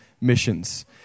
Missions